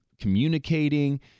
communicating